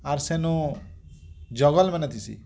ଆର ସେନୁ ଜଙ୍ଗଲମାନ ଦିଶି